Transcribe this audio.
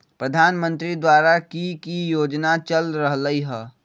प्रधानमंत्री द्वारा की की योजना चल रहलई ह?